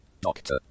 doctor